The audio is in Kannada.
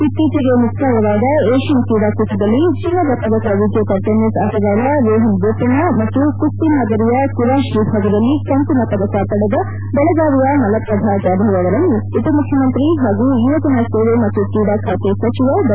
ಇತ್ತೀಚೆಗೆ ಮುಕ್ತಾಯವಾದ ಏಷ್ಯನ್ ಕ್ರೀಡಾಕೂಟದಲ್ಲಿ ಚಿನ್ನದ ಪದಕ ವಿಜೇತ ಟೆನಿಸ್ ಆಟಗಾರ ರೋಹನ್ ಬೋಪಣ್ಣ ಮತ್ತು ಕುಸ್ತಿ ಮಾದರಿಯ ಕುರಾಶ್ ವಿಭಾಗದಲ್ಲಿ ಕಂಚಿನ ಪದಕ ಪಡೆದ ಬೆಳಗಾವಿಯ ಮಲಪ್ರಭಾ ಜಾದವ್ ಅವರನ್ನು ಉಪಮುಖ್ಯಮಂತ್ರಿ ಹಾಗೂ ಯುವಜನ ಸೇವೆ ಮತ್ತು ಕ್ರೀಡಾ ಖಾತೆ ಸಚಿವ ಡಾ